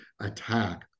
attack